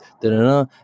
da-da-da